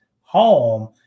home